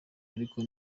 ariko